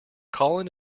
colin